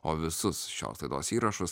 o visus šios laidos įrašus